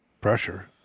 Pressure